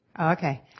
Okay